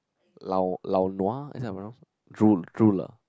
lao lao nua is that how to pronounce drool drool lah